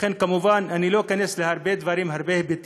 לכן, כמובן, לא אכנס להרבה היבטים,